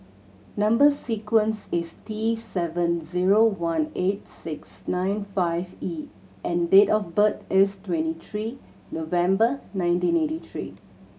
number sequence is T seven zero one eight six nine five E and date of birth is twenty three November nineteen eighty three